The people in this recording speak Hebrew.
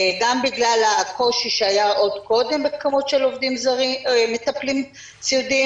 גם בגלל הקושי שהיה עוד קודם בכמות המטפלים הסיעודיים